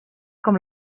com